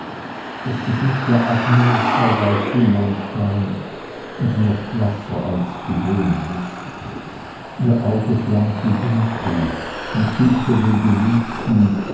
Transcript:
das gesicht der agnes war weiß wie mondschein und noch blasser als gewöhnlich ihr auge flammte dunkel und suchte den geliebten